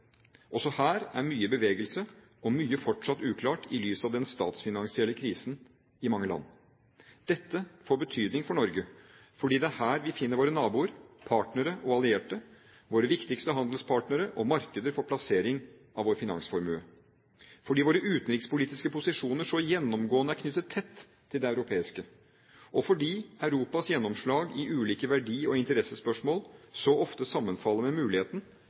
Også her er mye i bevegelse og mye fortsatt uklart i lys av den statsfinansielle krisen i mange land. Dette får betydning for Norge, fordi det er her vi finner våre naboer, partnere og allierte, våre viktigste handelspartnere og markeder for plassering av vår finansformue, fordi våre utenrikspolitiske posisjoner så gjennomgående er knyttet tett til de europeiske, og fordi Europas gjennomslag i ulike verdi- og interessespørsmål så ofte sammenfaller med muligheten